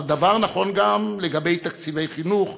הדבר נכון גם לגבי תקציבי חינוך,